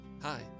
Hi